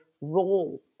role